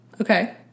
Okay